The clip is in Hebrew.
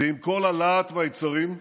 ועם כל הלהט והיצרים,